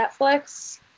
Netflix